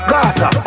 Gaza